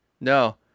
No